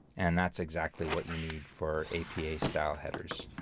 and that's exactly what you need for apa-style headers.